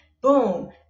boom